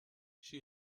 she